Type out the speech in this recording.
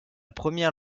première